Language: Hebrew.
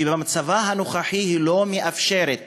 שבמצבה הנוכחי היא לא מאפשרת